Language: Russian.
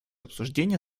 обсуждения